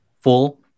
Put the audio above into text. full